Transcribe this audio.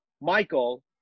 michael